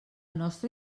nostre